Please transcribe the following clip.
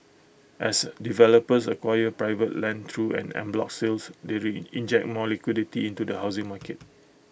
as developers acquire private land through en bloc sales they re inject more liquidity into the housing market